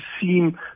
seem